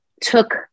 took